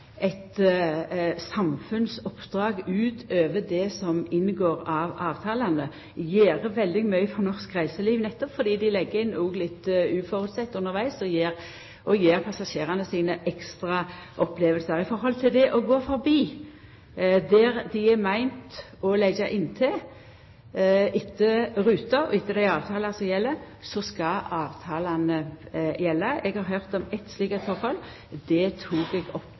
eit samfunnsoppdrag utover det som inngår i avtalane og gjer veldig mykje for norsk reiseliv, nettopp fordi dei legg inn mykje uventa undervegs og gjev passasjerane ekstra opplevingar. I høve til det å gå forbi der dei er meinte å leggja til etter ruta og dei avtalane som gjeld, skal avtalane gjelda. Eg har hørt om eitt slikt høve, det tok eg opp